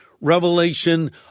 Revelation